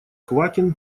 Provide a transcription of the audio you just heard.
квакин